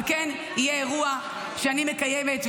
אבל כן יהיה אירוע שאני מקיימת,